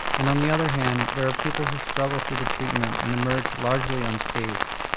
and on the other hand there are people who struggle through the treatment and emerge largely unscathed.